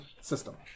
system